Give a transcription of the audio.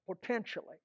potentially